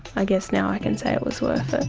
i guess now i can say it was worth it.